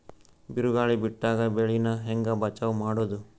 ಬಿರುಗಾಳಿ ಬಿಟ್ಟಾಗ ಬೆಳಿ ನಾ ಹೆಂಗ ಬಚಾವ್ ಮಾಡೊದು?